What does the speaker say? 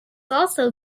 also